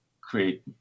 create